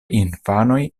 infanoj